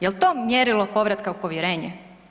Jel to mjerilo povratka u povjerenje?